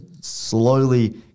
slowly